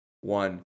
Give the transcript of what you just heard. one